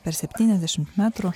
per septyniasdešimt metrų